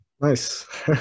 Nice